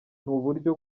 uburyo